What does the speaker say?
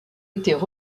étaient